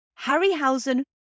Harryhausen